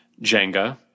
jenga